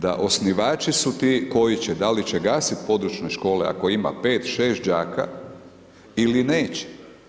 Da osnivači su ti koji će, da li će glasiti područne škole, ako ima 5, 6 đaka ili neće.